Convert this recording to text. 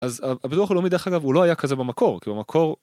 אז הדוח הלאומי דרך אגב הוא לא היה כזה במקור במקור.